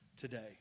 today